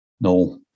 No